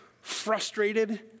frustrated